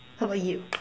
how about you